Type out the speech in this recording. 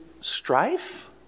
strife